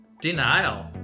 Denial